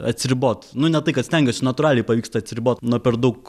atsiribot nu ne tai kad stengiuosi natūraliai pavyksta atsiribot nuo per daug